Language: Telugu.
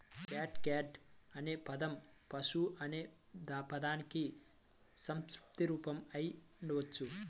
క్యాట్గట్ అనే పదం పశువు అనే పదానికి సంక్షిప్త రూపం అయి ఉండవచ్చు